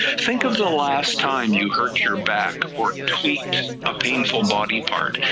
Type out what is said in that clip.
think of the last time you hurt your back, or tweaked a painful body part,